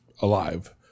alive